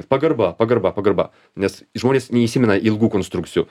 pagarba pagarba pagarba nes žmonės neįsimena ilgų konstrukcijų